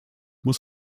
muss